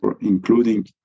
including